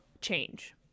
change